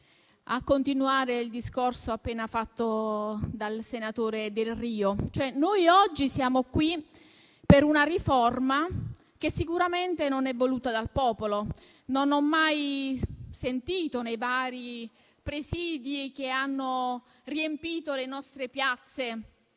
continuare il discorso appena fatto dal senatore Delrio. Noi oggi siamo qui per una riforma che sicuramente non è voluta dal popolo. Non ho mai sentito, nei vari presidi che hanno riempito le nostre piazze,